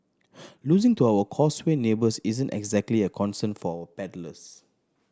losing to our Causeway neighbours isn't exactly a concern for our paddlers